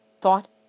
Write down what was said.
thought